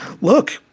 look